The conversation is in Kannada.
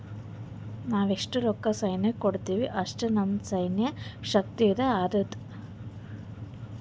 ನಾವ್ ಎಸ್ಟ್ ರೊಕ್ಕಾ ಸೈನ್ಯಕ್ಕ ಕೊಡ್ತೀವಿ, ಅಷ್ಟ ನಮ್ ಸೈನ್ಯ ಶಕ್ತಿಯುತ ಆತ್ತುದ್